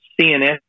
CNS